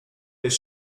his